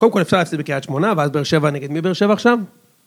קודם כל אפשר להפסיד בקריית שמונה ואז באר שבע, נגד מי באר שבע עכשיו?